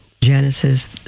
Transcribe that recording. Genesis